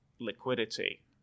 liquidity